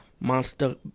Monster